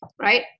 right